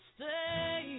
stay